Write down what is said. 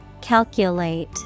Calculate